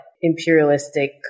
imperialistic